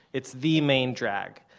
it's the main drag.